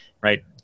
right